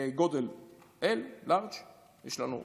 בגודל L, לארג' יש לנו M,